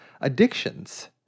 addictions